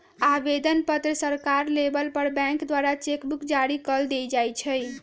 आवेदन पत्र सकार लेबय पर बैंक द्वारा चेक बुक जारी कऽ देल जाइ छइ